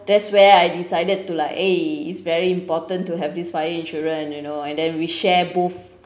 that's where I decided to like eh it's very important to have this fire insurance you know and then we share both